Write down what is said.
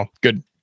good